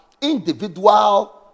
individual